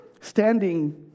Standing